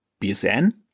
BSN